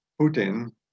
putin